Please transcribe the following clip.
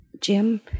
Jim